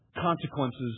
Consequences